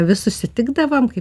vis susitikdavom kaip